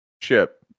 ship